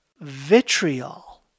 vitriol